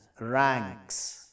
ranks